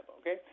okay